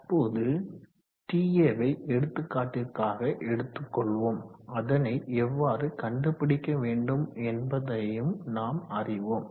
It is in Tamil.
தற்போது TA வை எடுத்துக்காட்டிற்காக எடுத்துக்கொள்வோம் அதனை எவ்வாறு கண்டுபிடிக்க வேண்டும் என்பதையும் நாம் அறிவோம்